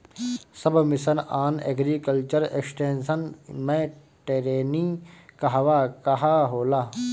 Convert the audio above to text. सब mission on agriculture extension मै टेरेनीं कहवा कहा होला?